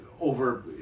over